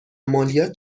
مالیات